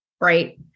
right